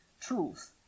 truth